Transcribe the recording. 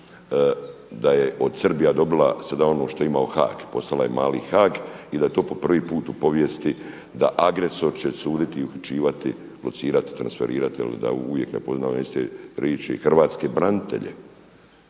da je Srbija dobila sada ono što je imao Haag. Postala je mali Haag i da je to po prvi put u povijesti da agresor će suditi i uključivati i locirati, transferirati da uvijek ne …/Govornik se ne razumije./… riči hrvatske branitelje.